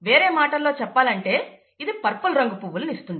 వేరే మాటల్లో చెప్పాలంటే ఇది పర్పుల్ రంగు పువ్వులను ఇస్తుంది